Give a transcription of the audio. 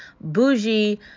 bougie